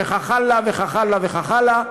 וכך הלאה וכך הלאה וכך הלאה,